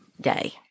day